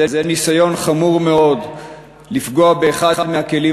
זה ניסיון חמור מאוד לפגוע באחד מהכלים